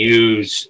use